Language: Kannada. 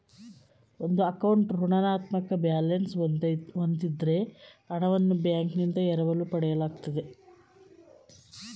ಒಂದು ಅಕೌಂಟ್ ಋಣಾತ್ಮಕ ಬ್ಯಾಲೆನ್ಸ್ ಹೂಂದಿದ್ದ್ರೆ ಹಣವನ್ನು ಬ್ಯಾಂಕ್ನಿಂದ ಎರವಲು ಪಡೆಯಲಾಗುತ್ತೆ